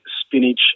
spinach